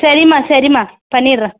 சரிமா சரிமா பண்ணிடுறேன்